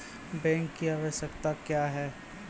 Bank की आवश्यकता क्या हैं?